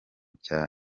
cya